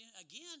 again